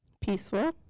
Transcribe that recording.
Peaceful